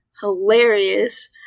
hilarious